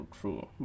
true